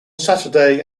saturday